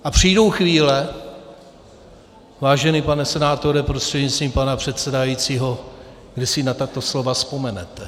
A přijdou chvíle, vážený pane senátore prostřednictvím pana předsedajícího, kdy si na tato slova vzpomenete.